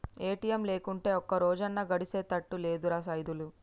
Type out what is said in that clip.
ATM లేకుంటే ఒక్కరోజన్నా గడిసెతట్టు లేదురా సైదులు